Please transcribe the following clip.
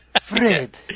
Fred